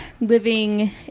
living